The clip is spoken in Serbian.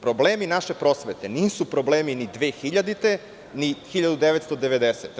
Problemi naše prosvete nisu problemi ni 2000. ni 1990. godine.